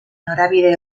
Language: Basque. norabide